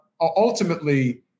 Ultimately